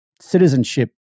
citizenship